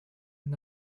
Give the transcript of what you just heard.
and